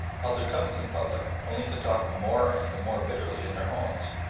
held their tongues in public, only to talk the more and the more bitterly in their homes.